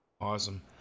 awesome